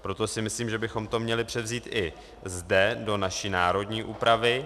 Proto si myslím, že bychom to měli převzít i zde do naší národní úpravy.